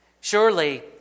Surely